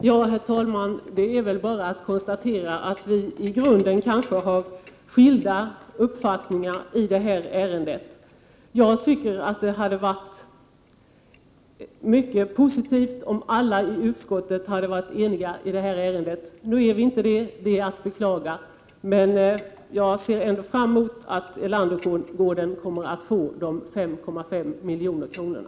Herr talman! Det är bara att konstatera att vi kanske i grunden har skilda uppfattningar i detta ärende. Jag tycker att det hade varit mycket positivt om alla i utskottet hade varit eniga i detta ärende. Nu är vi inte det. Det är bara att beklaga. Men jag ser ändå fram emot att Erlandergården kommer att få de 5,5 miljoner kronorna.